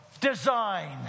design